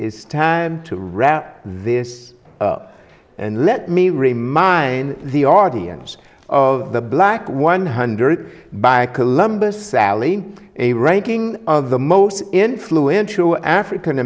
is time to wrap this up and let me remind the audience of the black one hundred by columbus sally a ranking of the most influential african